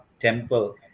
temple